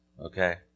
okay